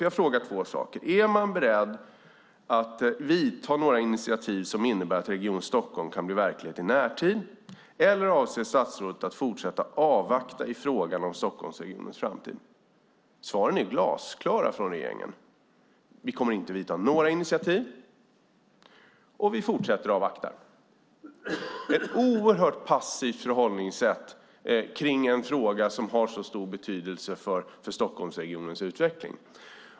Jag frågade två saker: Är man beredd att ta några initiativ som innebär att Region Stockholm blir verklighet i närtid, eller avser statsrådet att avvakta i frågan om Stockholmsregionens framtid? Svaren är glasklara från regeringen: Vi kommer inte att ta några initiativ, och vi fortsätter att avvakta. Det är ett oerhört passivt förhållningssätt i en fråga som har så stor betydelse för Stockholmsregionens utveckling.